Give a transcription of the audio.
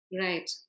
Right